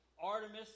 Artemis